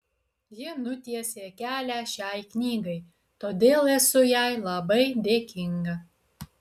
ji nutiesė kelią šiai knygai todėl esu jai labai dėkinga